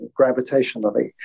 gravitationally